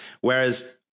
whereas